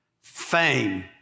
Fame